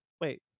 Wait